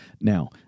Now